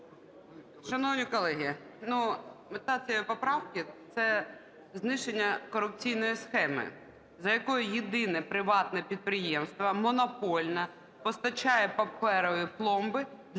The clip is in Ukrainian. Шановні колеги, мета цієї поправки – це знищення корупційної схеми, за якою єдине приватне підприємство монопольно постачає паперові пломби для